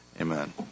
Amen